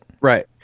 right